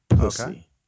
okay